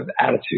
attitude